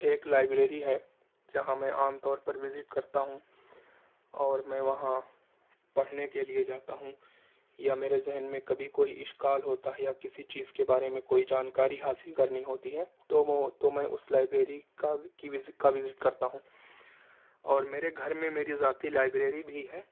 ایک لائبریری ہے جہاں میں عام طور پر وزٹ کرتا ہوں اور میں وہاں پڑھنے کے لیے جاتا ہوں یا میرے ذہن میں کبھی کوئی اشکال ہوتا ہے یا کسی چیز کے بارے میں کوئی جانکاری حاصل کرنی ہوتی ہے تو تو میں اس لائبریری کا کی کا وزٹ کرتا ہوں اور میرے گھر میں میری ذاتی لائبریری بھی ہے